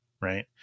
Right